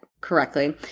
correctly